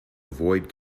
avoid